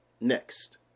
next